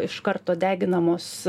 iš karto deginamos